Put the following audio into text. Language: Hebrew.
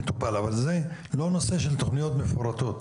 מטפלים, אבל זה לא נושא של תוכניות מפורטות.